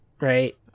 Right